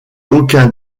aucun